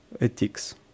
ethics